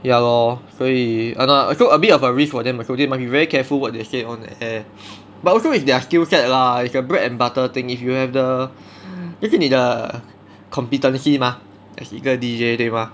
ya lor 所以 !hanna! 就 a bit of a risk for them also they must be very careful [what] they say on air but also it's their skill set lah it's their bread and butter thing if you have the 就是你的 competency mah as 一个 D_J 对吗